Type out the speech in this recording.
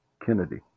Kennedy